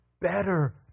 better